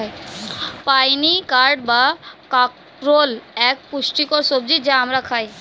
spiny gourd বা কাঁকরোল এক পুষ্টিকর সবজি যা আমরা খাই